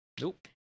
Nope